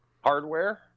Hardware